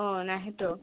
অঁ নাহেতো